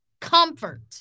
comfort